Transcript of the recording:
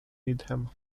needham